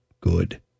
good